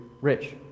rich